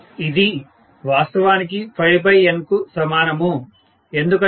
ఇది వాస్తవానికి Nకు సమానము ఎందుకంటే NddtV